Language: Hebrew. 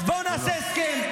--- אז בואו נעשה הסכם.